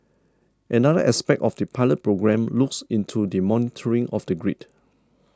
another aspect of the pilot programme looks into the monitoring of the grid